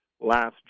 last